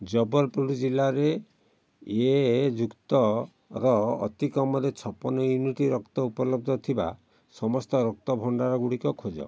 ଜବଲପୁର ଜିଲ୍ଲାରେ ଏ ଯୁକ୍ତର ଅତିକମ୍ରେ ଛପନ ୟୁନିଟ୍ ରକ୍ତ ଉପଲବ୍ଧ ଥିବା ସମସ୍ତ ରକ୍ତ ଭଣ୍ଡାର ଗୁଡ଼ିକ ଖୋଜ